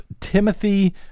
Timothy